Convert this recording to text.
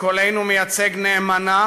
וקולנו מייצג נאמנה